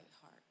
heart